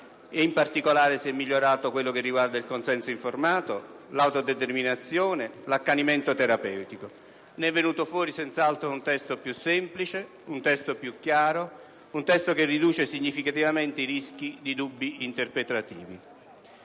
in particolare, è stata migliorata la parte riguardante il consenso informato, l'autodeterminazione, l'accanimento terapeutico. Ne è emerso senz'altro un testo più semplice, più chiaro; un testo che riduce significativamente i rischi di dubbi interpretativi.